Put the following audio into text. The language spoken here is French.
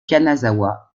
kanazawa